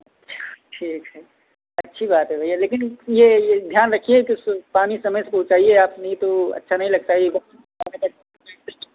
अच्छा ठीक हई अच्छी बात है भइया लेकिन यह यह ध्यान रखिए कि सु पानी समय पर पहुँचाइए आप नहीं तो अच्छा नहीं लगता एक और